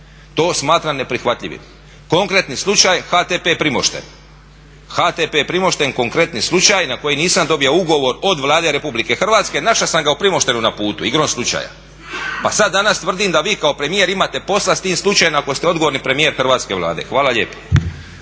To smatram neprihvatljivim. Konkretni slučaj HTP Primošten. HTP Primošten konkretni slučaj na koji nisam dobio ugovor od Vlade RH, naša sam ga u Primoštenu na putu igrom slučaja, pa sad danas tvrdim da vi kao premijer imate posla s tim slučajem ako ste odgovorni premijer hrvatske Vlade. Hvala lijepa.